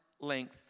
length